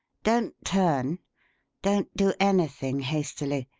don't turn don't do anything hastily.